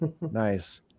Nice